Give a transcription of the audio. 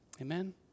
Amen